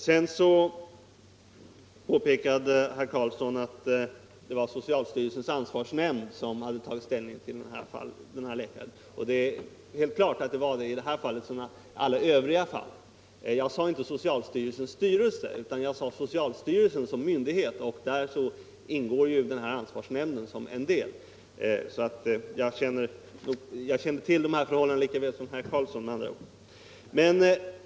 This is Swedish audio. Sedan påpekade herr Karlsson i Huskvarna att det var socialstyrelsens ansvarsnämnd som hade tagit ställning till de läkemedel som det här gäller — liksom i övriga liknande fall — och det är ju helt klart. Jag talade inte heller om socialstyrelsens styrelse, utan jag sade socialstyrelsen som myndighet, och där ingår ju ansvarsnämnden som en del. Jag känner med andra ord till dessa förhållanden lika väl som herr Karlsson.